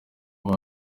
ibyo